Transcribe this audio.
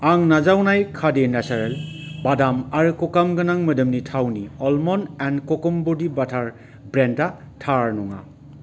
आं नाजावनाय खादि नेचारेल बादाम आरो क'काम गोनां मोदोमनि थावनि अलम्नद एन्द क'कम बदि बाटार ब्रेन्डा थार नङा